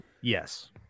yes